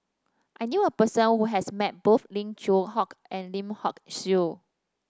I knew a person who has met both Lim Yew Hock and Lim Hock Siew